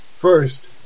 First